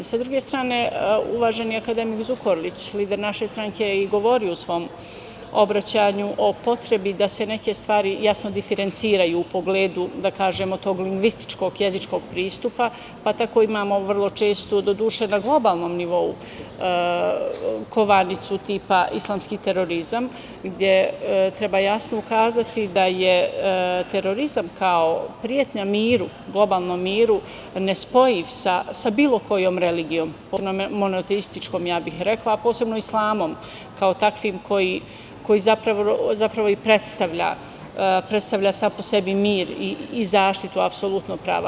Sa druge strane, uvaženi akademik Zukorlić, lider naše stranke je govorio u svom obraćanju u potrebi da se neke stvari jasno diferenciraju u pogledu da kažemo tog ligvinstičog jezičkog pristupa, pa tako imamo vrlo često, doduše na globalnom nivou kovanicu tipa islamski terorizam gde treba jasno ukazati da je terorizam kao pretnja globalnom miru ne spojiv sa bilo kojom religijom, posebno monoteističkom, rekla bih, a posebno sa Islamom, kao takvim koji zapravo i predstavlja sam po sebi mir i zaštitu apsolutnog prava.